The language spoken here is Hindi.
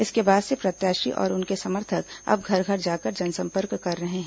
इसके बाद से प्रत्याशी और उनके समर्थक अब घर घर जाकर जनसंपर्क कर रहे हैं